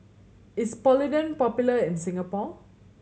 is Polident popular in Singapore